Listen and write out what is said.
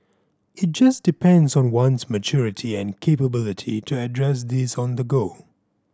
it just depends on one's maturity and capability to address these on the go